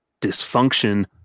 dysfunction